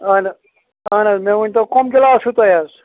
اہَن ہ اہَن حظ مےٚ ؤنۍتو کَم گِلاس چھُو تۄہہِ حظ